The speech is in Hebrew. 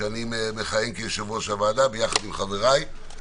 שאני מכהן כיושב-ראש הוועדה עם חבריי.